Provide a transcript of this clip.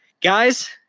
guys